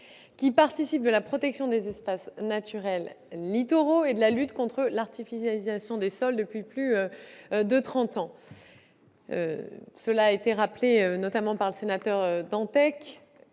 qui participe de la protection des espaces naturels littoraux et de la lutte contre l'artificialisation des sols depuis plus de trente ans. Cela a été rappelé, notamment par le sénateur Dantec,